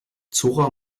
zora